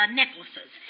necklaces